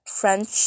French